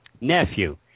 nephew